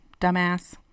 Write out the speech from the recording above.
dumbass